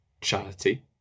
charity